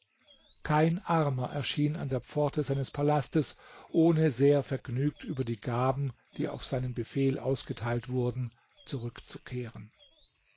kein armer erschien an der pforte seines palastes ohne sehr vergnügt über die gaben die auf seinen befehl ausgeteilt wurden zurückzukehren